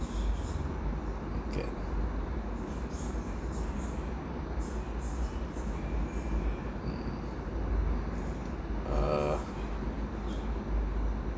okay mm uh